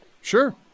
Sure